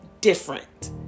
different